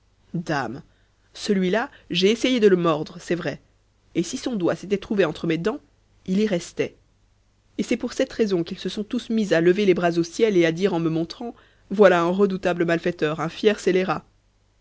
dame celui-là j'ai essayé de le mordre c'est vrai et si son doigt s'était trouvé entre mes dents il y restait et c'est pour cette raison qu'ils se sont tous mis à lever les bras au ciel et à dire en me montrant voilà un redoutable malfaiteur un fier scélérat